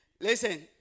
listen